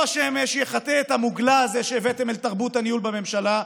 אור השמש יחטא את המוגלה הזו שהבאתם אל תרבות הניהול בממשלה,